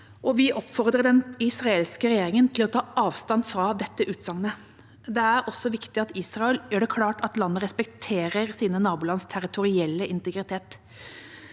vi oppfordrer den israelske regjeringa til å ta avstand fra dette utsagnet. Det er også viktig at Israel gjør det klart at landet respekterer sine nabolands territorielle integritet.